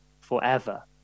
forever